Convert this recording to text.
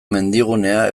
mendigunea